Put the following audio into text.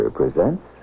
presents